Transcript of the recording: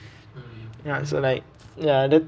ya so like ya the